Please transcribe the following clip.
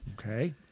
Okay